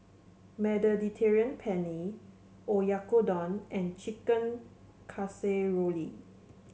Mediterranean Penne Oyakodon and Chicken Casserole